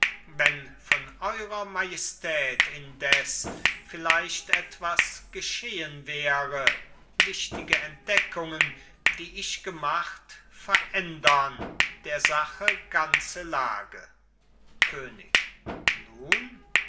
wenn von eurer majestät indes vielleicht etwas geschehen wäre wichtige entdeckungen die ich gemacht verändern der sache ganze lage könig nun